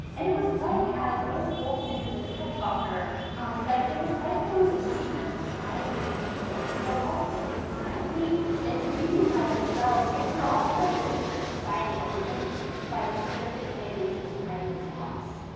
and it was like, as alisa volkman, who's a ted talker um said it was like there was a secret society of people who were all coping silently and grieving by themselves, yet we were all part of this secret society that were linked by this horrific thing which was pregnancy loss.